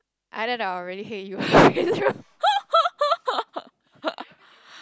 I don't know I really hate you